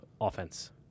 offense